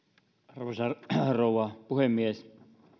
arvoisa rouva puhemies